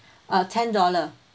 uh ten dollars